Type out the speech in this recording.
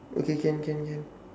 okay can can can